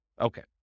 Okay